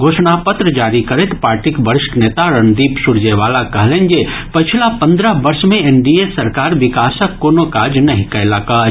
घोषणा पत्र जारी करैत पार्टीक वरिष्ठ नेता रणदीप सुरजेवाला कहलनि जे पछिला पन्द्रह वर्ष मे एनडीए सरकार विकासक कोनो काज नहि कयलक अछि